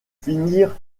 finir